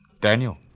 Daniel